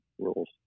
rules